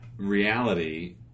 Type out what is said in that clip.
Reality